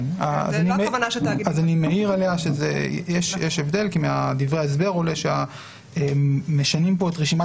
אני מעיר שיש הבדל כי מדברי ההסבר עולה שמשנים כאן את רשימת